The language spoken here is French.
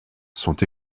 sont